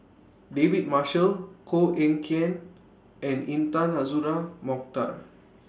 David Marshall Koh Eng Kian and Intan Azura Mokhtar